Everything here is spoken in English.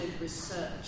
Research